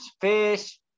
fish